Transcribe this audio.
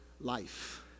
life